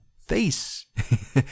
face